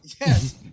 Yes